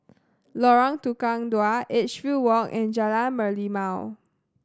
Lorong Tukang Dua Edgefield Walk and Jalan Merlimau